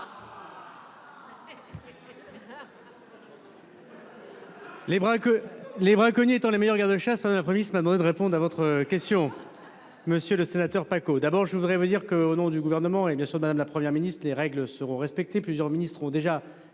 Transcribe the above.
Les braconniers étant les meilleurs gardes-chasses, Mme la Première ministre m'a demandé de répondre à votre question, monsieur le sénateur. Tout d'abord, je veux vous dire, au nom du Gouvernement et de Mme la Première ministre, que les règles seront respectées. Plusieurs ministres ont déjà